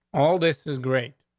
all this is great.